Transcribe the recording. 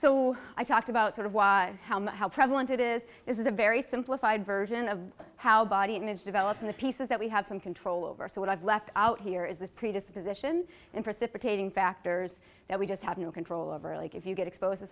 so i talked about sort of why how my how prevalent it is is a very simplified version of how body image develops in the pieces that we have some control over so what i've left out here is the predisposition in precipitating factors that we just have no control over like if you get exposed to